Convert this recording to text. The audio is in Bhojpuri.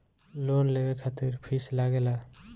लोन लेवे खातिर फीस लागेला?